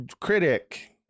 critic